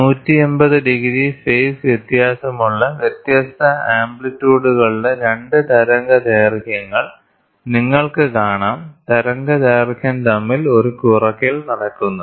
180 degree phase വ്യത്യാസമുള്ള വ്യത്യസ്ത ആംപ്ലിറ്റ്യൂഡുകളുടെ 2 തരംഗ ദൈർഘ്യങ്ങൾ നിങ്ങൾക്ക് കാണാം തരംഗദൈർഘ്യം തമ്മിൽ ഒരു കുറയ്ക്കൽ നടക്കുന്നത്